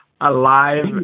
alive